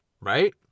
right